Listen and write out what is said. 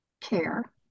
care